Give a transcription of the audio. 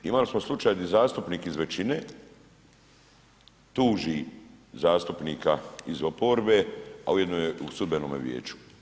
Imali smo slučaj gdje zastupnik iz većine tuži zastupnika iz oporbe a ujedno je u sudbenome vijeću.